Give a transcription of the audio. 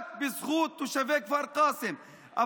רק בזכות תושבי כפר קאסם.